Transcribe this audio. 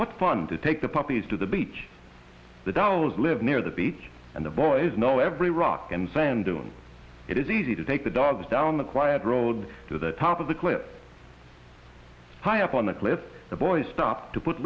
what fun to take the puppies to the beach the dolls live near the beach and the boys know every rock and sand dune it is easy to take the dogs down the quiet road to the top of the cliff high up on the cliff the boys stop to put